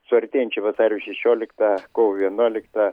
su artėjančia vasario šešiolikta kovo vienuolikta